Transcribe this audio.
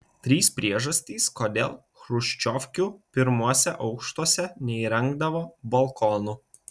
trys priežastys kodėl chruščiovkių pirmuose aukštuose neįrengdavo balkonų